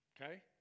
Okay